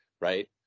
right